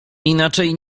inaczej